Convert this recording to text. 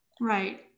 right